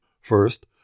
First